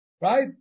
right